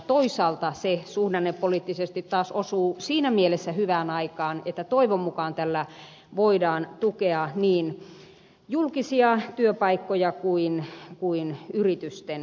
toisaalta se suhdannepoliittisesti taas osuu siinä mielessä hyvään aikaan että toivon mukaan tällä voidaan tukea niin julkisia työpaikkoja kuin yritysten työllistämistä